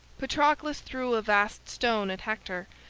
patroclus threw a vast stone at hector,